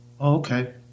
Okay